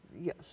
Yes